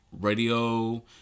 radio